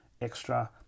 extra